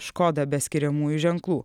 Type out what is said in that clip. škoda be skiriamųjų ženklų